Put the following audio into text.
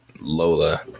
lola